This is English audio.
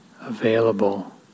available